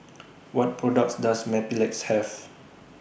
What products Does Mepilex Have